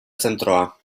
zentroa